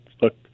look